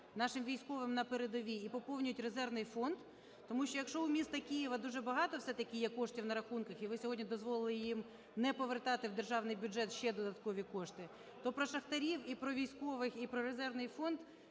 нашим військовим на передовій; і поповнюють резервний фонд. Тому що, якщо у міста Києва дуже багато все-таки є коштів на рахунках, і ви сьогодні дозволили їм не повертати в державний бюджет ще додаткові кошти, то про шахтарів і про військових, і про резервний фонд,